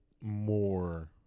more